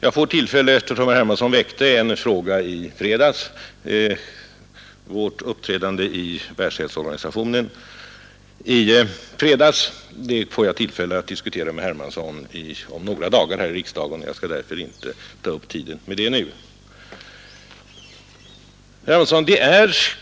Eftersom herr Hermansson väckte en fråga i fredags om vår röstning i Världshälsoorganisationen, får jag tillfälle att diskutera den med herr Hermansson om några dagar här i riksdagen, och jag skall därför inte ta upp tiden med den nu. Herr Hermansson!